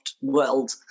world